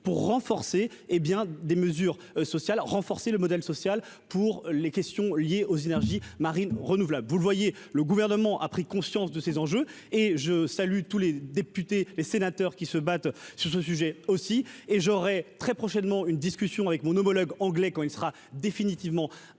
pour renforcer, hé bien des mesures sociales, renforcer le modèle social pour les questions liées aux énergies marines renouvelables vous le voyez, le gouvernement a pris conscience de ces enjeux, et je salue tous les députés et sénateurs qui se battent sur ce sujet aussi, et j'aurais très prochainement une discussion avec mon homologue anglais quand il sera définitivement installé